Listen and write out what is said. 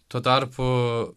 tuo tarpu